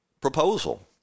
proposal